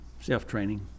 self-training